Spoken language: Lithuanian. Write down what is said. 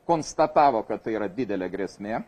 konstatavo kad tai yra didelė grėsmė